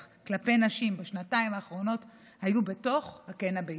של נשים בשנתיים האחרונות היו בתוך הקן הביתי.